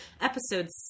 episode